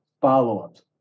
follow-ups